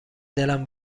دلم